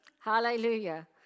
Hallelujah